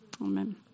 Amen